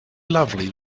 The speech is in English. lovely